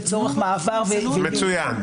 לצורך מעבר --- מצוין.